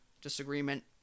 disagreement